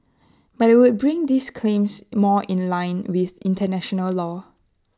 but IT would bring these claims more in line with International law